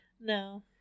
No